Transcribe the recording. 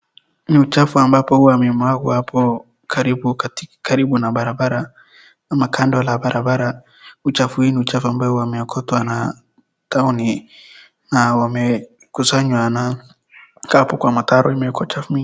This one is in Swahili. Hii ni uchafu ambapo huwa imewagwa apo karibu na barabara ama kando la barabara. Uchafu hii ni uchafu ambayo imeokotwa na tauni na wamekusanywa hapo kwa mtaro kumewekwa uchafu mingi.